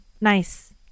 nice